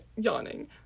yawning